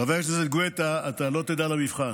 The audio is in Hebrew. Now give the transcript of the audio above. חבר הכנסת גואטה, אתה לא תדע למבחן.